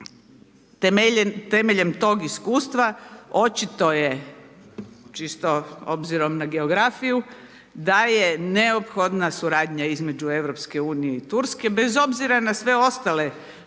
Temeljem tog iskustva očito je čisto obzirom na geografiju da je neophodna suradnja između Europske unije i Turske bez obzira na sve ostale